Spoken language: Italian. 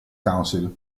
council